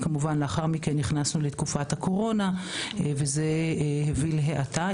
ולאחר מכן נכנסנו לתקופת הקורונה והייתה האטה.